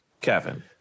Kevin